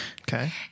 okay